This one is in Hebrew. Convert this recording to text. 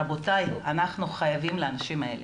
רבותיי, אנחנו חייבים לאנשים האלה.